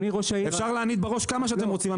אפשר להעמיד בראש כמה שאתם רוצים,